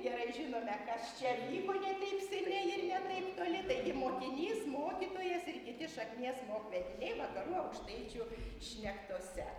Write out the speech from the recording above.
gerai žinome kas čia vyko ne teip seniai ir ne taip toli taigi mokinys mokytojas ir kiti šaknies mok vediniai vakarų aukštaičių šnektose